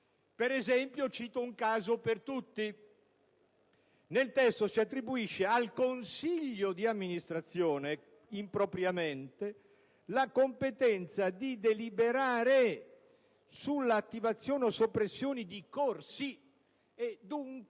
Per esempio, cito un caso per tutti: nel testo si attribuisce al consiglio di amministrazione, impropriamente, la competenza di deliberare sull'attivazione o soppressione di corsi e dunque